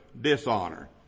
dishonor